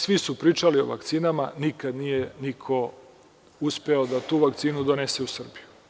Svi su pričali o vakcinama, nikad nije niko uspeo da tu vakcinu donese u Srbiju.